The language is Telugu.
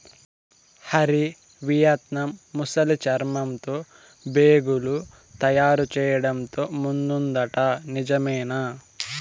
హరి, వియత్నాం ముసలి చర్మంతో బేగులు తయారు చేయడంతో ముందుందట నిజమేనా